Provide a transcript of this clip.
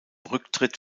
rücktritt